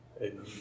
amen